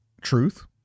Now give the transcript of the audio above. truth